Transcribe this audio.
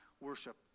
worship